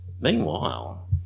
Meanwhile